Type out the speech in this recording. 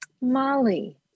Molly